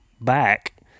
back